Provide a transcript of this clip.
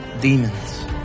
demons